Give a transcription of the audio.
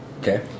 Okay